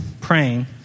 praying